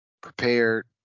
prepared